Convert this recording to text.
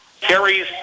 carries